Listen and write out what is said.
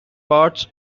parts